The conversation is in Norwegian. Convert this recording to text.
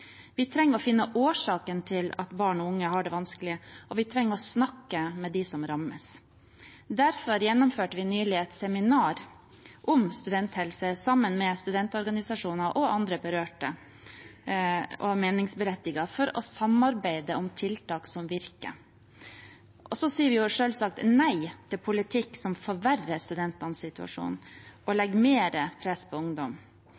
Vi trenger å finne årsaken til at barn og unge har det vanskelig, og vi trenger å snakke med dem som rammes. Derfor gjennomførte vi nylig et seminar om studenthelse sammen med studentorganisasjoner og andre berørte og meningsberettigede for å samarbeide om tiltak som virker. Så sier vi selvsagt nei til politikk som forverrer studentenes situasjon og legger mer press på ungdom.